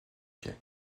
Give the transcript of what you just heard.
quai